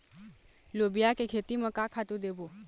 लोबिया के खेती म का खातू देबो?